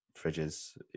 fridges